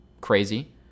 crazy